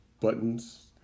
Buttons